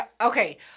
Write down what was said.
Okay